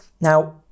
Now